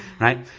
right